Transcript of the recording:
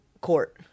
court